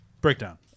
Breakdown